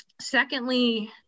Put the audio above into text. Secondly